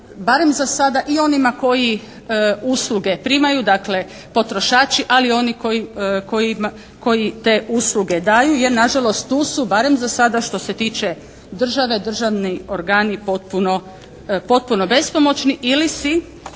barem za sada i onima koji usluge primaju dakle potrošači, ali i oni koji te usluge daju jer nažalost tu su barem za sada što se tiče države državni organi potpuno, potpuno bespomoćni ili si